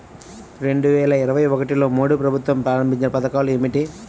రెండు వేల ఇరవై ఒకటిలో మోడీ ప్రభుత్వం ప్రారంభించిన పథకాలు ఏమిటీ?